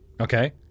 okay